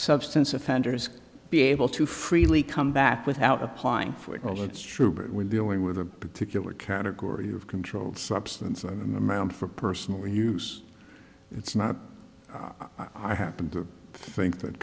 substance offenders be able to freely come back without applying for cause it's true but we're dealing with a particular category of controlled substance and an amount for personal use it's not i happen to think that